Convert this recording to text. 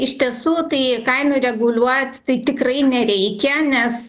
iš tiesų tai kainų reguliuot tai tikrai nereikia nes